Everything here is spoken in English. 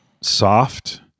soft